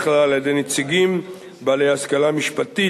כלל על-ידי נציגים בעלי השכלה משפטית,